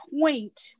point